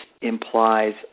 implies